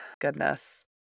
Goodness